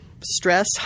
stress